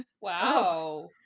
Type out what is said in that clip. Wow